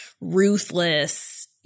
ruthless